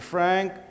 Frank